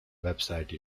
website